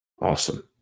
Awesome